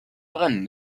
brennen